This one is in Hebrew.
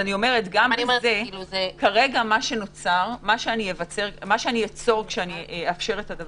כרגע מה שאצור כשאאפשר את זה